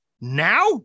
now